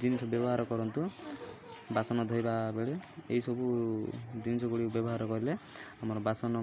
ଜିନିଷ ବ୍ୟବହାର କରନ୍ତୁ ବାସନ ଧୋଇବାବେଳେ ଏହି ସବୁ ଜିନିଷଗୁଡ଼ିକ ବ୍ୟବହାର କରିଲେ ଆମର ବାସନ